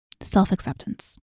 self-acceptance